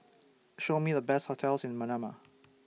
Show Me The Best hotels in Manama